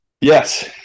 Yes